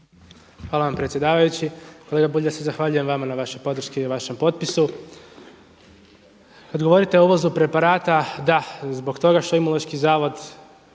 Hvala vam predsjedavajući. Kolega Bulj, ja se zahvaljujem vama na vašoj podrški i vašem potpisu. Odgovorite o uvozu preparata, da zbog toga što Imunološki zavod